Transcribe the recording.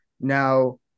now